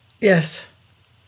Yes